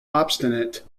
obstinate